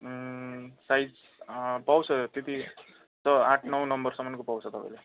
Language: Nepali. साइज पाउँछ त्यति त आठ नौ नम्बरसम्मको पाउँछ तपाईँले